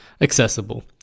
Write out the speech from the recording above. accessible